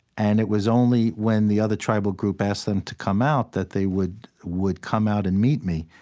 and it was only when the other tribal group asked them to come out that they would would come out and meet me.